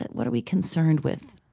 and what are we concerned with?